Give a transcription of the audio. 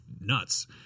nuts